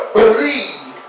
believe